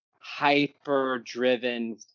hyper-driven